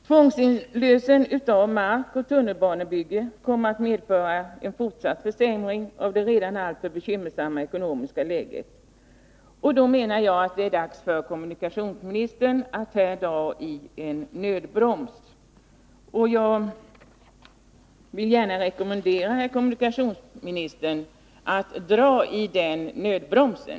Tunnelbanebygge och tvångsinlösen av mark kommer att medföra en fortsatt försämring av det redan alltför bekymmersamma ekonomiska läget. Då menar jag att det är dags för kommunikationsministern att dra i en nödbroms. Jag vill alltså här rekommendera herr kommunikationsministern att dra i den nödbromsen.